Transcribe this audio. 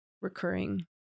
Recurring